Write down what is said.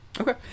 Okay